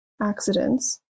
accidents